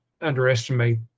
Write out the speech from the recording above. underestimate